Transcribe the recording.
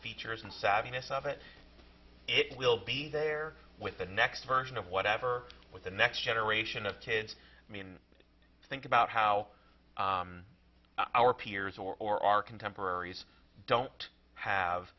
features and sadness of it it will be there with the next version of whatever with the next generation of kids i mean think about how our peers or our contemporaries don't have